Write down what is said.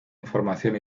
información